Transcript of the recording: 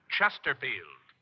Chesterfield